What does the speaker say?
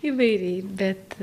įvairiai bet